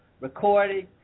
recording